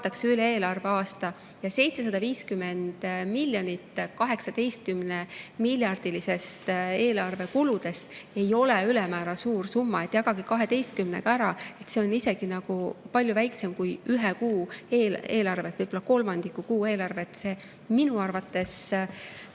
üle eelarveaasta. 750 miljonit 18 miljardist eelarve kuludest ei ole ülemäära suur summa. Jagage 12-ga ära, see on isegi palju väiksem kui ühe kuu eelarve, võib-olla kolmandik kuu eelarvest. Minu arvates